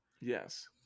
Yes